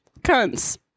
cunts